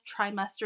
trimester